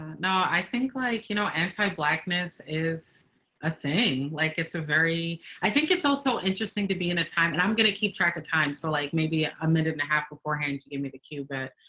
no, i think, like, you know, anti-blackness is a thing like it's a very i think it's also interesting to be in a time and i'm gonna keep track of time. so like maybe a minute and a half beforehand. give me the cue. but